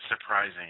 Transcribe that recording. Surprising